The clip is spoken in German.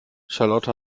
charlotte